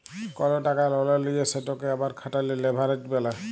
call টাকা ললে লিঁয়ে সেটকে আবার খাটালে লেভারেজ ব্যলে